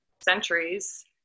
centuries